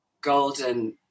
golden